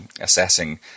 assessing